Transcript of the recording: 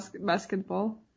basketball